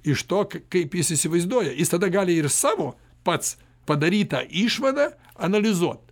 iš to kaip jis įsivaizduoja jis tada gali ir savo pats padarytą išvadą analizuot